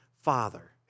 Father